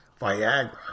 Viagra